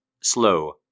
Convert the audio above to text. Slow